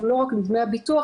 הוא לא מדמי הביטוח,